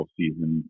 season